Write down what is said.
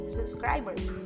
Subscribers